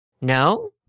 No